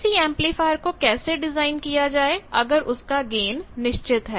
किसी एंपलीफायर को कैसे डिजाइन किया जाए अगर उसका गेन निश्चित है